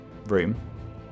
room